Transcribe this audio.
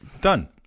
Done